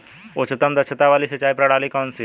उच्चतम दक्षता वाली सिंचाई प्रणाली कौन सी है?